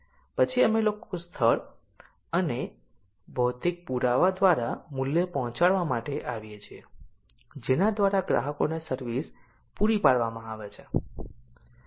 પછી અમે લોકો સ્થળ અને ભૌતિક પુરાવા દ્વારા મૂલ્ય પહોંચાડવા માટે આવીએ છીએ જેના દ્વારા ગ્રાહકોને સર્વિસ પૂરી પાડવામાં આવે છે